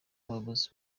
umuyobozi